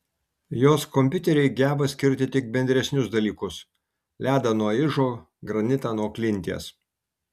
jos kompiuteriai geba skirti tik bendresnius dalykus ledą nuo ižo granitą nuo klinties